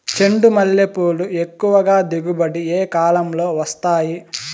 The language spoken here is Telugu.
చెండుమల్లి పూలు ఎక్కువగా దిగుబడి ఏ కాలంలో వస్తాయి